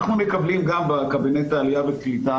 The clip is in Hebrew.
אנחנו מקבלים גם בקבינט העלייה והקליטה